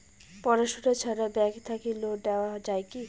পড়াশুনা ছাড়া ব্যাংক থাকি লোন নেওয়া যায় কি?